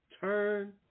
Turn